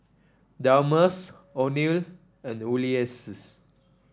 Delmus Oneal and Ulises